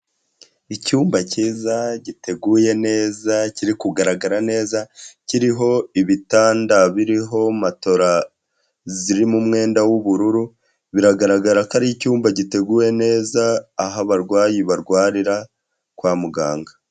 Icyumba cyiza giteguye neza kiri kugaragara neza kiriho ibitanda biriho matora zirimo umwenda w'ubururu, biragaragara ko ari icyumba giteguwe neza aho abarwayi barwarira kwa muganga.